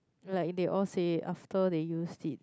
like they all say after they used it